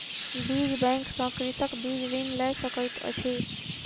बीज बैंक सॅ कृषक बीज ऋण लय सकैत अछि